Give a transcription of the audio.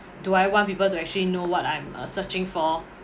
do I want people to actually know what I'm uh searching for